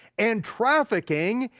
and trafficking,